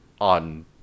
on